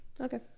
Okay